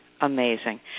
Amazing